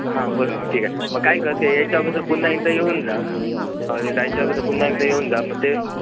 हां बरोबर ठीक आहे मग काय कर ते यायच्या अगोदर पुन्हा एकदा येऊन जा जायच्या अगोदर पुन्हा एकदा येऊन जा मग ते